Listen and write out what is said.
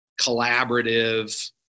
collaborative